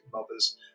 mothers